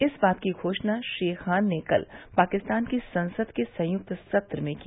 इस बात की घोषणा श्री खान ने कल पाकिस्तान की संसद के संयुक्त सत्र में की